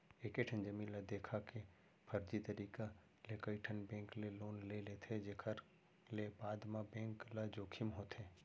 एकेठन जमीन ल देखा के फरजी तरीका ले कइठन बेंक ले लोन ले लेथे जेखर ले बाद म बेंक ल जोखिम होथे